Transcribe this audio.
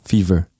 Fever